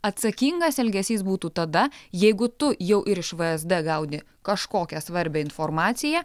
atsakingas elgesys būtų tada jeigu tu jau ir iš vzd gauni kažkokią svarbią informaciją